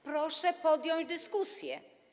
Proszę podjąć dyskusję.